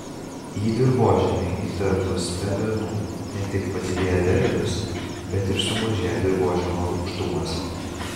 į dirvožemį įterpus pelenų ne tik padidėja derlius bet ir sumažėja dirvožemio rūgštumas